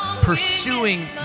pursuing